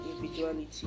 individuality